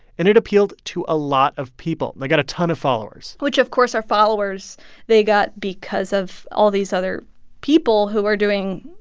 and it appealed to a lot of people. they got a ton of followers which, of course, are followers followers they got because of all these other people who are doing,